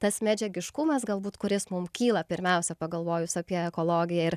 tas medžiagiškumas galbūt kuris mums kyla pirmiausia pagalvojus apie ekologiją ir